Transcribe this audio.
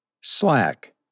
Slack